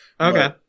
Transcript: Okay